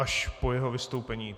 Až po jeho vystoupení.